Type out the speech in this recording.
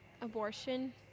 abortion